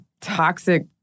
toxic